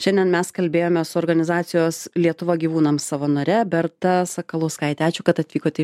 šiandien mes kalbėjome su organizacijos lietuva gyvūnams savanore berta sakalauskaite ačiū kad atvykote